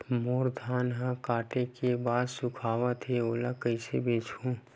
मोर धान ह काटे के बाद सुखावत हे ओला कइसे बेचहु?